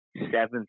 Seventh